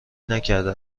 نکرده